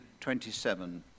27